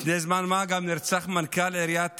לפני זמן מה גם נרצח מנכ"ל עיריית טירה,